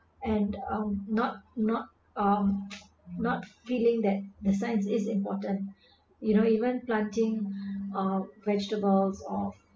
and um not not um not feeling that the science is important you know even planting vegetables of